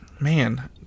Man